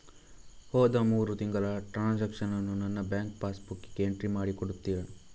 ಹೋದ ಮೂರು ತಿಂಗಳ ಟ್ರಾನ್ಸಾಕ್ಷನನ್ನು ನನ್ನ ಬ್ಯಾಂಕ್ ಪಾಸ್ ಬುಕ್ಕಿಗೆ ಎಂಟ್ರಿ ಮಾಡಿ ಕೊಡುತ್ತೀರಾ?